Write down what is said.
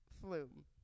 flume